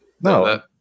No